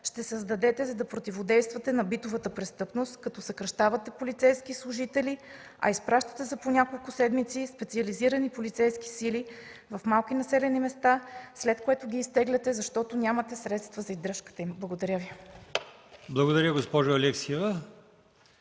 ще създадете, за да противодействате на битовата престъпност, като съкращавате полицейски служители, а изпращате за по няколко седмици специализирани полицейски сили в малки населени места, след което ги изтегляте, защото нямате средства за издръжката им. Благодаря Ви. ПРЕДСЕДАТЕЛ АЛИОСМАН